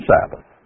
Sabbath